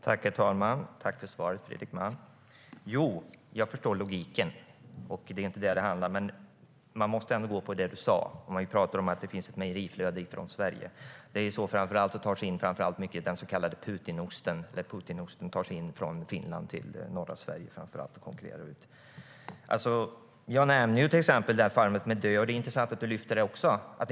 Herr talman! Tack för svaret, Fredrik Malm! Jo, jag förstår logiken. Det är inte det som det handlar om. Man måste ändå gå på det du sa. Vi pratar om att det finns ett mejeriflöde från Sverige. Den så kallade Putinosten tar sig in från Finland till norra Sverige, framför allt, och konkurrerar ut annat. Jag nämner till exempel DÖ. Det är intressant att du också lyfter det.